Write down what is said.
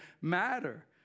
matter